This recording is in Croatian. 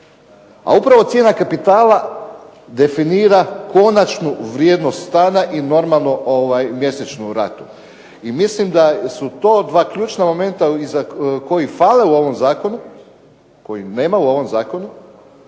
A upravo cijena kapitala definira konačnu vrijednost stana i normalnu mjesečnu ratu. I mislim da su to dva ključna momenta koji fale u ovom zakonu, kojih nema u ovom zakonu.